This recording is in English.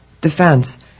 defense